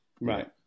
Right